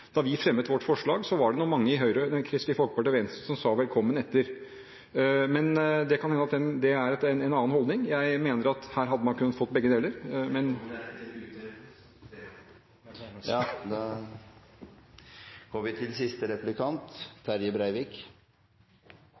Da vi fremmet vårt forslag, var det mange i Kristelig Folkeparti og Venstre som sa «velkommen etter», men det kan hende at det er en annen holdning. Jeg mener at her kunne man ha fått begge deler. Velkommen etter til